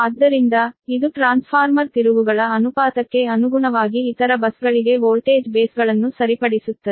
ಆದ್ದರಿಂದ ಇದು ಟ್ರಾನ್ಸ್ಫಾರ್ಮರ್ ತಿರುವುಗಳ ಅನುಪಾತಕ್ಕೆ ಅನುಗುಣವಾಗಿ ಇತರ ಬಸ್ಗಳಿಗೆ ವೋಲ್ಟೇಜ್ ಬೇಸ್ಗಳನ್ನು ಸರಿಪಡಿಸುತ್ತದೆ